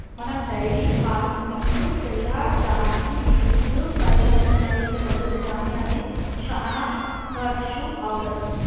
మనం dairy farming సెయ్యదానికీ milking pipeline ఉపయోగించబడుతుంది కానీ అది శానా కర్శు అవుతది